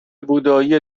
بودایی